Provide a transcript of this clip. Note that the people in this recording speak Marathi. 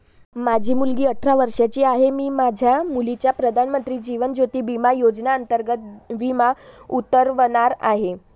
माझी मुलगी अठरा वर्षांची आहे, मी माझ्या मुलीचा प्रधानमंत्री जीवन ज्योती विमा योजनेअंतर्गत विमा उतरवणार आहे